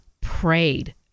prayed